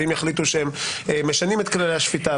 ואם יחליטו שמשנים את ככלי השפיטה,